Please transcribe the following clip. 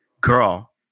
girl